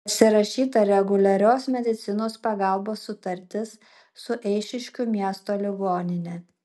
pasirašyta reguliarios medicinos pagalbos sutartis su eišiškių miesto ligonine